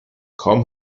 kaum